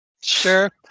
Sure